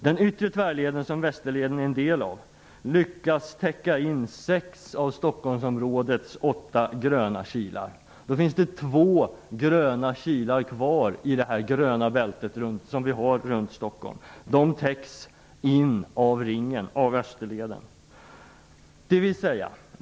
Den yttre tvärleden som Västerleden är en del av lyckas täcka in sex av Stockholmsområdets åtta gröna kilar. Då finns det två gröna kilar kvar i det gröna bälte som vi har runt Stockholm. Dessa täcks in av Österleden.